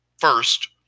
First